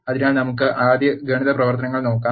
അതിനാൽ നമുക്ക് ആദ്യം ഗണിത പ്രവർത്തനങ്ങൾ നോക്കാം